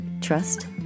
trust